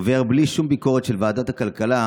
עובר בלי שום ביקורת של ועדת הכלכלה,